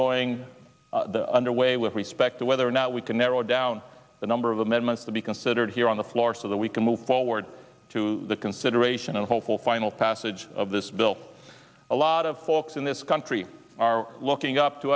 going under way with respect to whether or not we can narrow down the number of amendments to be considered here on the floor so that we can move forward to the consideration and hopeful final passage of this bill a lot of folks in this country are looking up to